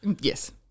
Yes